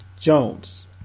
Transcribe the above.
Jones